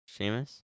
Seamus